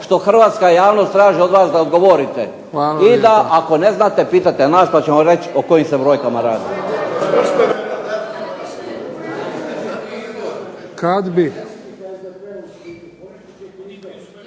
što hrvatska javnost traži od vas da odgovorite i da ako ne znate pitate nas pa ćemo vam reći o kojim se brojkama radi. **Bebić,